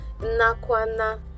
Nakwana